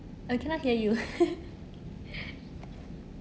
I cannot hear you